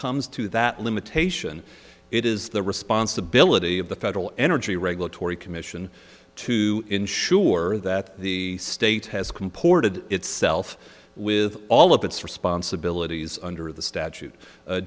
comes to that limitation it is the responsibility of the federal energy regulatory commission to ensure that the state has comported itself with all of its responsibilities under the statute